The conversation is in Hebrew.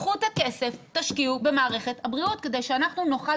קחו את הכסף ותשקיעו במערכת הבריאות כדי שאנחנו נוכל